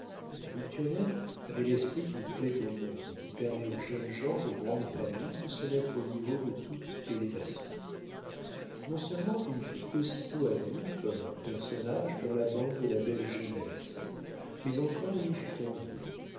victurnien avait l'esprit qui plaît au monde et qui permet aux jeunes gens de grande famille de se mettre au niveau de toute élévation non-seulement il fut aussitôt admis comme un personnage dans la bande de la belle jeunesse mais encore il y fut envié